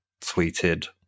tweeted